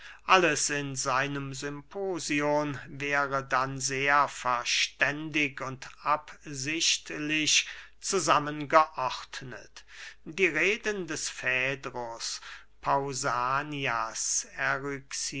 alles in seinem symposion wäre dann sehr verständig und absichtlich zusammengeordnet die reden des